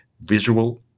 visual